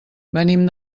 venim